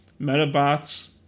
Metabots